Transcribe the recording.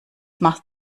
machst